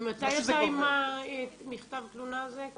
ממתי אתה עם מכתב התלונה הזה?